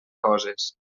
coses